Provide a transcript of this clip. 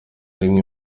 rimwe